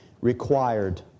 required